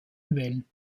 wählen